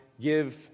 give